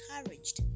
encouraged